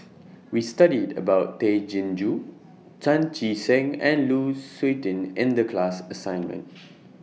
We studied about Tay Chin Joo Chan Chee Seng and Lu Suitin in The class assignment